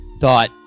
thought